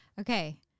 Okay